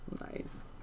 Nice